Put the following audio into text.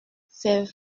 c’est